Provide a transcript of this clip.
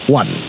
one